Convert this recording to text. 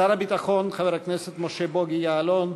שר הביטחון חבר הכנסת משה בוגי יעלון,